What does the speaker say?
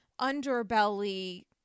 underbelly